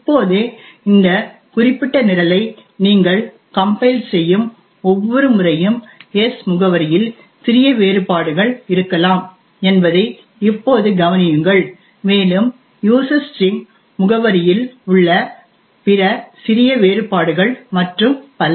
இப்போது இந்த குறிப்பிட்ட நிரலை நீங்கள் கம்பைல் செய்யும் ஒவ்வொரு முறையும் s முகவரியில் சிறிய வேறுபாடுகள் இருக்கலாம் என்பதை இப்போது கவனியுங்கள் மேலும் யூசர் ஸ்டிரிங் முகவரியில் உள்ள பிற சிறிய வேறுபாடுகள் மற்றும் பல